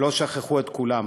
לא שכחו את כולם.